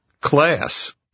class